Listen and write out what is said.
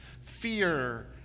fear